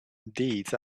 deeds